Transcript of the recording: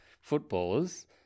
footballers